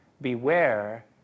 Beware